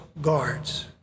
guards